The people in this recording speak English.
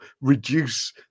reduce